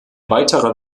weiterer